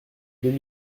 deux